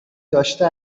داشته